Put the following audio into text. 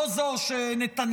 לא זו שנתניהו